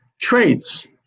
traits